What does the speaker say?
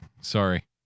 sorry